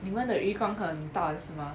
你们的鱼缸很大的是吗